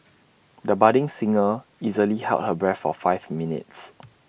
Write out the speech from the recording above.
the budding singer easily held her breath for five minutes